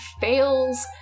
fails